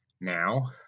now